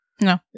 No